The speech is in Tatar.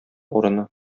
урыны